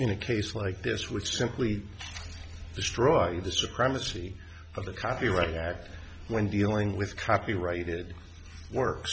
in a case like this which simply destroyed the supremacy of the copyright act when dealing with copyrighted works